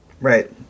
right